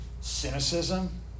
cynicism